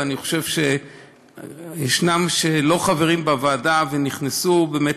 ואני חושב שיש לא-חברים בוועדה שנכנסו להיות